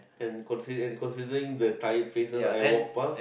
and consi~ and considering the tired faces I walk past